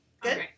Good